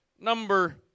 number